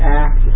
act